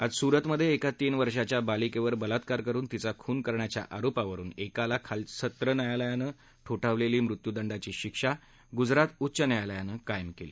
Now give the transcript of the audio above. आज स्रतमध्ये एका तीन वर्षाच्या बालिकेवर बलात्कार करून तिचा खून करण्याच्या आरोपावरून एकाला खालच्या न्यायालयानं ठोठावलेली मृत्यूदंडाची शिक्षा ग्जरात उच्च न्यायालयानं कायम केली